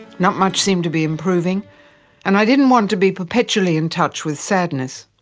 not much seemed to be improving and i didn't want to be perpetually in touch with sadness.